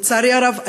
לצערי הרב,